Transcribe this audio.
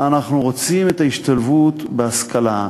אנחנו רוצים את ההשתלבות בהשכלה,